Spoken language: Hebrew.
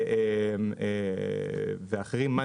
Monday